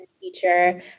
teacher